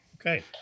Okay